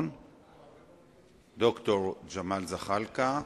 ד"ר ג'מאל זחאלקה,